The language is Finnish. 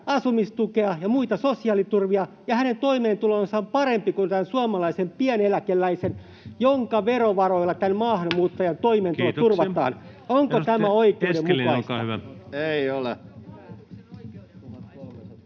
asumistukea ja muita sosiaaliturvia, ja hänen toimeentulonsa on parempi kuin tämän suomalaisen pieneläkeläisen, jonka verovaroilla tämän maahanmuuttajan toimeentulo [Puhemies: Kiitoksia!] turvataan. Onko tämä oikeudenmukaista?